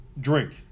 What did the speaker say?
drink